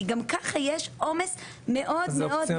כי גם ככה יש עומס מאוד מאוד גדול.